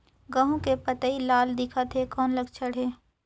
गहूं के पतई लाल दिखत हे कौन लक्षण हे?